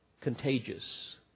contagious